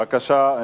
בבקשה,